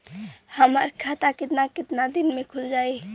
हमर खाता कितना केतना दिन में खुल जाई?